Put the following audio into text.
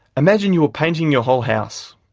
imagine you were painting your whole house.